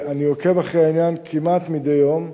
אני עוקב אחרי העניין כמעט מדי יום,